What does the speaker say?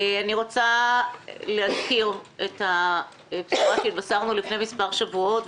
אני רוצה להזכיר שהתבשרנו רק לפני מספר שבועות,